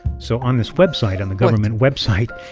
so on this website on the government website,